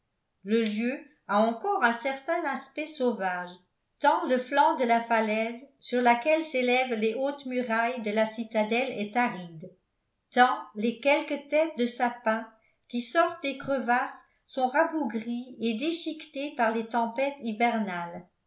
le lieu a encore un certain aspect sauvage tant le flanc de la falaise sur laquelle s'élèvent les hautes murailles de la citadelle est aride tant les quelques têtes de sapins qui sortent des crevasses sont rabougries et déchiquetées par les tempêtes hibernales